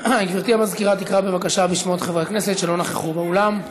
גברתי המזכירה תקרא בבקשה בשמות חברי הכנסת שלא נכחו באולם.